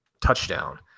touchdown